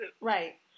Right